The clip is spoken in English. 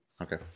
Okay